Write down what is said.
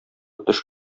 төш